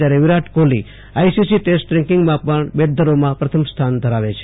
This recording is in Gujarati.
જ્યારે વીરાટ કોહલી આઈસીસી ટેસ્ટ રેન્કીંગમાં પણ બેટધરોમાં પ્રથમ સ્થાન ધરાવે છે